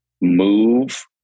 move